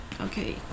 okay